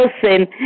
person